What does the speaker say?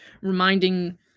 reminding